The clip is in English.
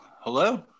hello